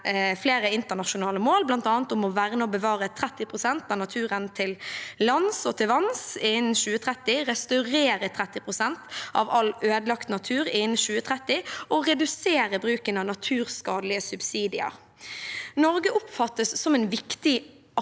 flere internasjonale mål, bl.a. om å verne og bevare 30 pst. av naturen til lands og til vanns innen 2030, restaurere 30 pst. av all ødelagt natur innen 2030 og redusere bruken av naturskadelige subsidier. Norge oppfattes som en viktig aktør